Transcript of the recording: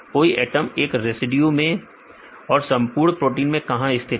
कोई एटम एक रेसिड्यू में और संपूर्ण प्रोटीन में कहां स्थित है